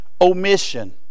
omission